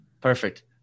perfect